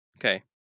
Okay